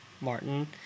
Martin